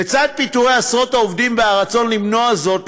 לצד פיטורי עשרות העובדים והרצון למנוע זאת,